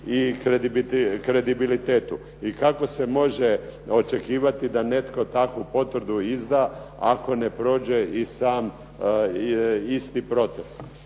i kredibilitetu. I kako se može očekivati da netko takvu potvrdu izda, ako ne prođe i sam isti proces.